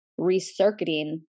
recircuiting